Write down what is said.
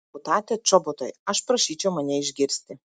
deputate čobotai aš prašyčiau mane išgirsti